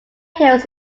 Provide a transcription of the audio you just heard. hills